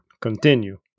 Continue